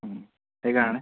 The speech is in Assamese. ওম সেইকাৰণে